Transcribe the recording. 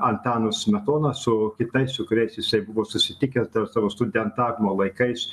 antanu smetona su kitais su kuriais jisai buvo susitikęs dar savo studentavimo laikais